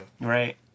Right